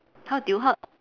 how do you how